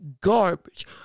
garbage